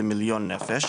למיליון נפש